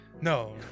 No